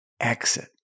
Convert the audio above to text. exit